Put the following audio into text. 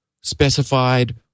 specified